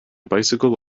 bicycle